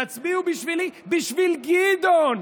תצביעו בשבילי, בשביל גדעון.